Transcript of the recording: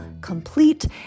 complete